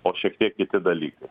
o šiek tiek kiti dalykai